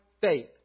faith